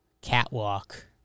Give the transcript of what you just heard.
Catwalk